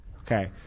Okay